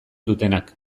dutenak